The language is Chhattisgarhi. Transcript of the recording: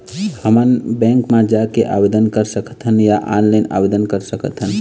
हमन बैंक मा जाके आवेदन कर सकथन या ऑनलाइन आवेदन कर सकथन?